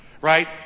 right